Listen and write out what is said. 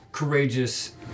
courageous